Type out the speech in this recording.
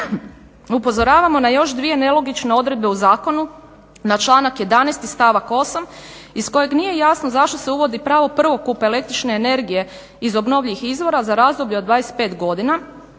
upozoravamo na još dvije nelogične odredbe u zakonu, na članak 11. stavak 8. iz kojeg nije jasno zašto se uvodi pravo prvokupa električne energije iz obnovljivih izvora za razdoblje od 25 godina